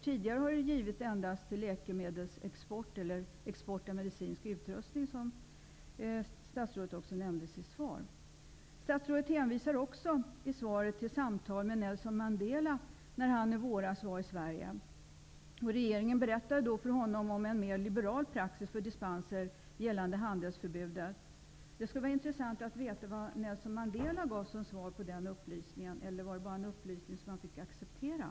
Tidigare har dispens givits endast för läkemedelsexport eller export av medicinsk utrustning, vilket statsrådet nämnde i sitt svar. Statsrådet hänvisar också i svaret till samtal med Nelson Mandela, när han i våras var i Sverige. Regeringen berättade då för honom om en mer liberal praxis för dispenser från handelsförbudet. Det skulle vara intressant att veta vad Mandela gav som svar på den upplysningen. Eller var det en upplysning som han fick acceptera?